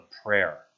prayer